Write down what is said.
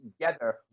together